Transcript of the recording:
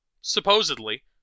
supposedly